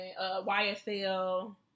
YSL